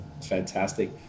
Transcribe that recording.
Fantastic